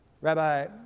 Rabbi